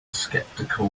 skeptical